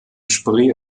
spree